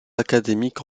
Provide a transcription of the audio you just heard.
académique